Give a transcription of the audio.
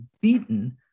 beaten